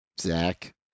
Zach